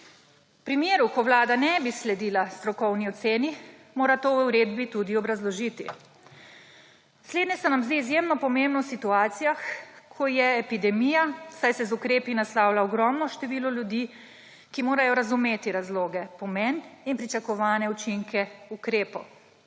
V primeru, ko vlada ne bi sledila strokovni oceni, mora to v uredbi tudi obrazložiti. Slednje se nam zdi izjemno pomembno v situacijah, ko je epidemija, saj se z ukrepi naslavlja ogromno število ljudi, ki morajo razumeti razloge, pomen in pričakovane učinke ukrepov.